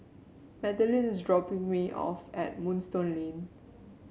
Madilyn is dropping me off at Moonstone Lane